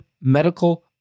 medical